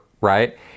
right